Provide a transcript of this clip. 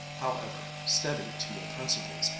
however, steady to your principles,